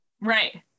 Right